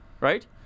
right